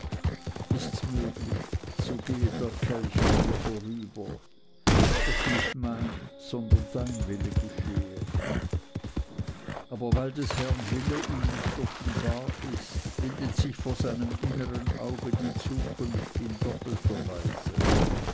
ists möglich so gehe der kelch an mir vorüber doch nicht mein sondern dein wille geschehe aber weil des herrn wille ihm nicht offenbar ist bildet sich vor seinem innern auge die zukunft in doppelter weise